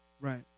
right